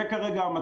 זה כרגע המצב.